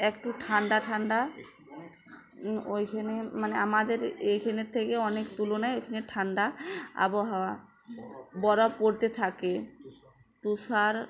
একটু ঠান্ডা ঠান্ডা ওইখানে মানে আমাদের এইখানের থেকে অনেক তুলনায় ওইখানে ঠান্ডা আবহাওয়া বর পড়তে থাকে তুষার